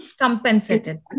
Compensated